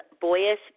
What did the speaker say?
boyish